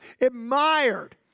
admired